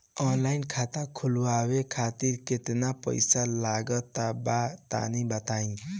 Online खाता खूलवावे खातिर केतना पईसा लागत बा तनि बताईं?